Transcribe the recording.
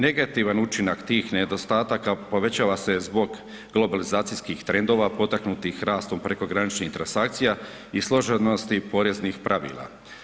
Negativan učinak tih nedostataka povećava se zbog globalizacijskih trendova potaknutih rastom prekograničnih transakcija i složenosti poreznih pravila.